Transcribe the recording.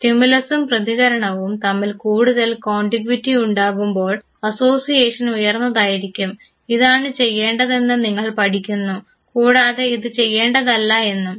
സ്റ്റിമുലസും പ്രതികരണവും തമ്മിൽ കൂടുതൽ കോണ്ടിഗ്വിറ്റി ഉണ്ടാകുമ്പോൾ അസോസിയേഷൻ ഉയർന്നതായിരിക്കും ഇതാണ് ചെയ്യേണ്ടതെന്ന് നിങ്ങൾ പഠിക്കുന്നു കൂടാതെ ഇത് ചെയ്യേണ്ടതല്ല എന്നും